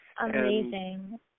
Amazing